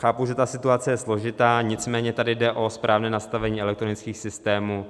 Chápu, že ta situace je složitá, nicméně tady jde o správné nastavení elektronických systémů.